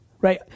Right